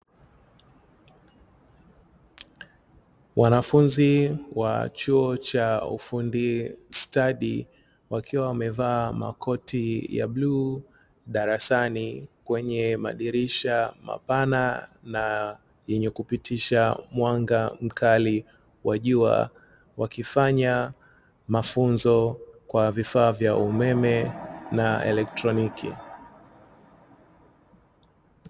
Wanafunzi wa chuo cha ufundi stadi, wakiwa wamevaa makoti ya bluu darasani kwenye madirisha mapana na yenye kupitisha mwanga mkali wa jua, wakifanya mafunzo kwa vifaa vya umeme na elektroniki.